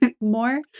more